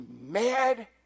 mad